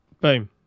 Boom